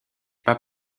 pas